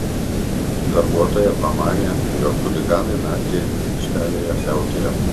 darbuotoja pamanė jog chuliganai naktį aikštelėje siautėjo